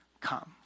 come